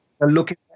looking